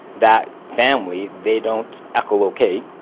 that family, they don't echolocate,